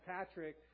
Patrick